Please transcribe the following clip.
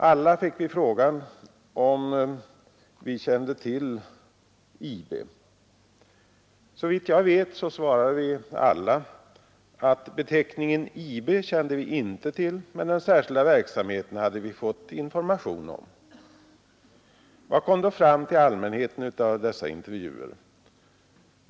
Alla fick vi frågan om vi kände till IB. Såvitt jag vet svarade vi alla att beteckningen IB kände vi inte till, men den särskilda verksamheten hade vi fått information om. Vad kom då fram till allmänheten av dessa intervjuer?